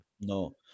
No